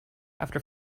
after